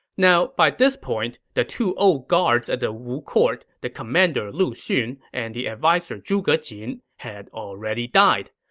now, by this point, the two old guards at the wu court, the commander lu xun and the adviser zhuge jin, had already died.